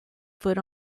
foot